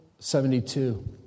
72